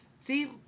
See